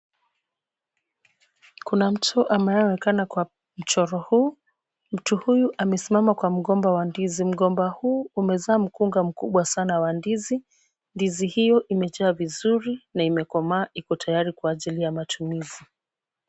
Kuna mtu anayeonekana kwa mchoro huu. Mtu huyu amesimama kwa mgomba wa ndizi. Mgomba huu umezaa mkunga mkubwa sana wa ndizi. Ndizi hio imejaa vizuri na imekomaa iko tayari kwa ajili ya matumizi.